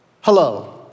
Hello